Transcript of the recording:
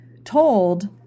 told